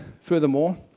furthermore